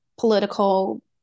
political